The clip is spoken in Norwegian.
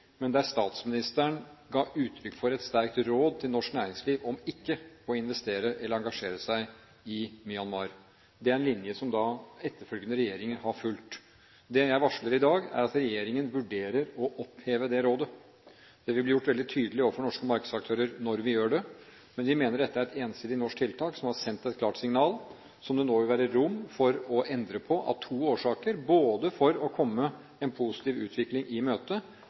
men der statsministeren ga uttrykk for et sterkt råd til norsk næringsliv om ikke å investere eller engasjere seg i Myanmar. Det er en linje som etterfølgende regjeringer har fulgt. Det jeg varsler i dag, er at regjeringen vurderer å oppheve det rådet. Det vil bli gjort veldig tydelig overfor norske markedsaktører når vi gjør det. Men vi mener dette er et ensidig norsk tiltak som har sendt et klart signal, og som det nå vil det være rom for å endre på av to årsaker – både for å komme en positiv utvikling i